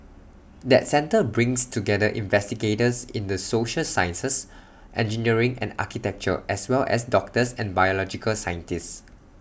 that centre brings together investigators in the social sciences engineering and architecture as well as doctors and biological scientists